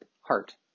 heart